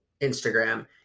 Instagram